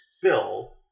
fill